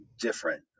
different